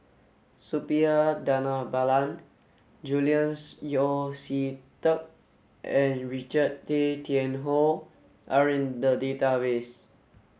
Suppiah Dhanabalan Julian Yeo See Teck and Richard Tay Tian Hoe are in the database